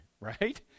right